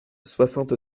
soixante